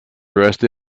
dressed